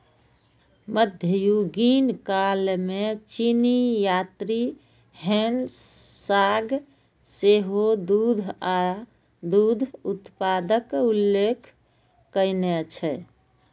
मध्ययुगीन काल मे चीनी यात्री ह्वेन सांग सेहो दूध आ दूध उत्पादक उल्लेख कयने छै